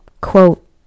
quote